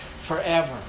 forever